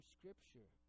Scripture